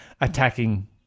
attacking